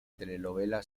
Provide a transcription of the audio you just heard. telenovela